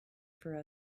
for